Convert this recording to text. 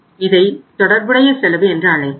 இதை தொடர்புடைய செலவு என்று அழைப்போம்